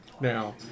now